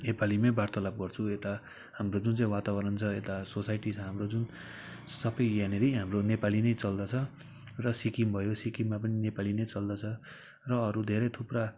नेपालीमै वार्तालाप गर्छु यता हाम्रो जुन चाहिँ वातावरण छ यता सोसाइटी छ हाम्रो जुन सबै यहाँनिर हाम्रो नेपाली नै चल्दछ र सिक्किम भयो सिक्किममा पनि नेपाली नै चल्दछ र अरू धेरै थुप्रा